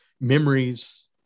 memories